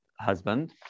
husband